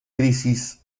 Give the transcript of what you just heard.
crisis